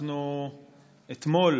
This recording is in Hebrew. אתמול